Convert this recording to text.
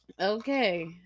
Okay